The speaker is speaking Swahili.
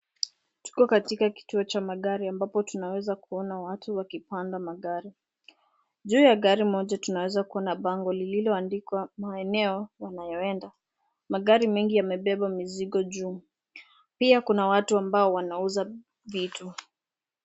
Tuko katika kituo cha magari ambapo tunaweza ona watu wakipanda magari. Juu gari moja tunaweza kuona bango lililoandikwa maeneo yanayoenda. Magari mengi yamebeba mizigo juu, pia kuna watu ambao wanauza vitu.